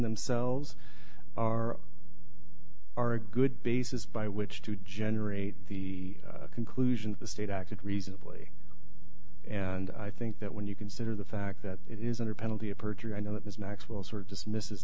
themselves are are a good basis by which to generate the conclusion of the state acted reasonably and i think that when you consider the fact that it is under penalty of perjury i know that is maxwell sort dismiss